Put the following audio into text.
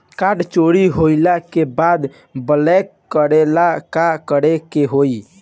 Card चोरी होइला के बाद ब्लॉक करेला का करे के होई?